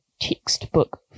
textbook